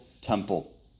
temple